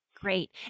Great